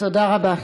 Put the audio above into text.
תודה רבה.